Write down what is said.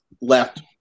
left